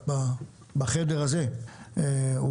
בחדר הזה,